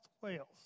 Wales